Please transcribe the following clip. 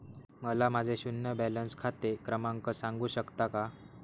मला माझे शून्य बॅलन्स खाते क्रमांक सांगू शकता का?